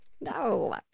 No